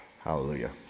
Hallelujah